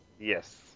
Yes